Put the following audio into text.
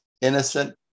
innocent